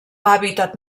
hàbitat